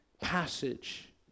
passage